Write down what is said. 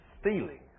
stealing